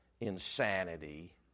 insanity